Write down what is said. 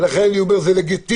לכן אני אומר שזה לגיטימי,